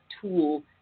tool